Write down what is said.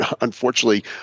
Unfortunately